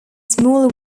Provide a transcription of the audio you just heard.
small